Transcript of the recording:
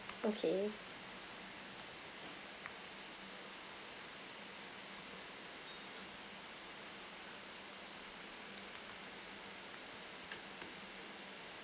okay